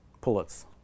pullets